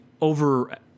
over